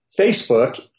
Facebook